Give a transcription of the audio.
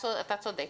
אתה צודק.